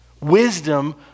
Wisdom